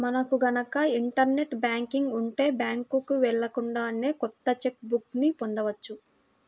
మనకు గనక internet banking ఉంటే బ్యాంకుకి వెళ్ళకుండానే కొత్త చెక్ బుక్ ని పొందవచ్చు